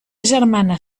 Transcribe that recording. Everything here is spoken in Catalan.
germana